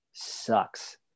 sucks